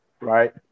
right